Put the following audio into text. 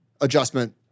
Adjustment